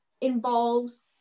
involves